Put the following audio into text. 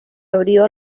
abrió